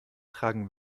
tragen